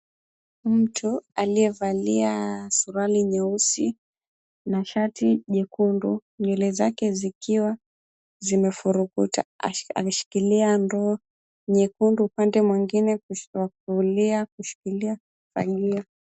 Mtu alievalia suruali nyeusi na shati jekundu nywele zake zikiwa zimefurukuta. Ameshikilia ndoo nyekundu upande mwingine wa kulia ameshikilia ufagio.